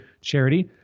charity